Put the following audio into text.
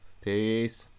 Peace